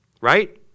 Right